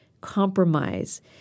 compromise